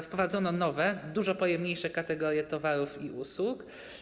Wprowadzono nowe, dużo pojemniejsze kategorie towarów i usług.